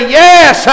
yes